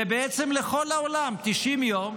ובעצם לכל העולם, 90 יום,